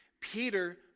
Peter